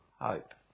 hope